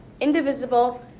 indivisible